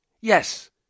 Yes